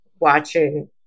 watching